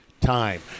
time